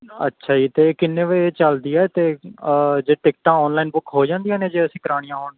ਅੱਛਾ ਜੀ ਅਤੇ ਕਿੰਨੇ ਵਜੇ ਚੱਲਦੀ ਆ ਅਤੇ ਜੇ ਟਿਕਟਾਂ ਔਨਲਾਈਨ ਬੁੱਕ ਹੋ ਜਾਂਦੀਆਂ ਨੇ ਜੇ ਅਸੀਂ ਕਰਵਾਉਣੀਆਂ ਹੋਣ